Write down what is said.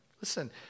Listen